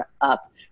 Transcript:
up